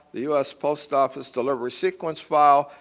the u s. post office delivery sequence file.